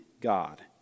God